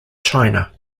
china